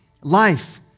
life